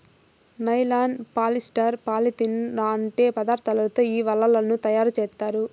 nylon, polyester, polythene లాంటి పదార్థాలతో ఈ వలలను తయారుచేత్తారు